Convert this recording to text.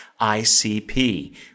ICP